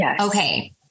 Okay